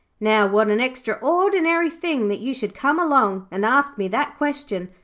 now, what an extraordinary thing that you should come along and ask me that question.